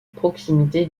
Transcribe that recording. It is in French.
proximité